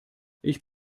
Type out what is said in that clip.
ich